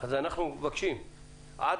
אז אנחנו מבקשים שעד